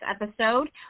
episode